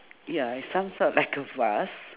ya it's some sort like a vase